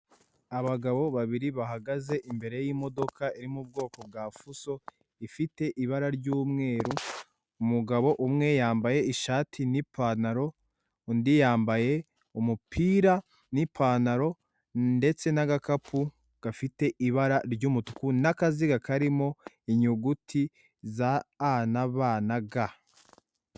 Abagabo babiri bahagaze imbere y'imodoka iri mu bwoko bwa fuso, ifite ibara ry'umweru, umugabo umwe yambaye ishati n'ipantaro, undi yambaye umupira n'ipantaro, ndetse n'agakapu gafite ibara ry'umutuku, n'akaziga karimo inyuguti za anabanaga.